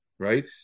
Right